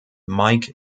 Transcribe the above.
mike